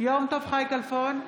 יום טוב חי כלפון,